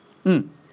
mm